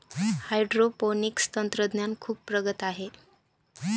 hydroponics तंत्रज्ञान खूप प्रगत आहे